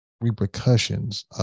repercussions